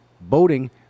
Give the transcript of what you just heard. boating